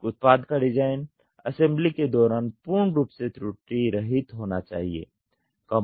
एक उत्पाद का डिजाइन असेंबली के दौरान पूर्ण रूप से त्रुटिरहित होना चाहिए